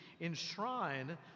enshrine